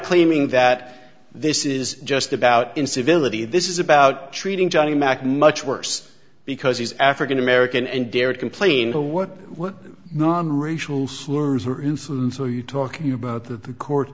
claiming that this is just about incivility this is about treating johnny mack much worse because he's african american and dared complain what non racial slurs we're talking about the court